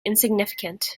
insignificant